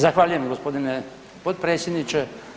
Zahvaljujem, g. potpredsjedniče.